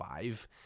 five